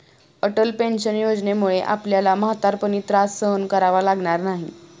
Atal pension योजनेमुळे आपल्याला म्हातारपणी त्रास सहन करावा लागणार नाही